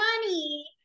money